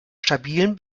stabilen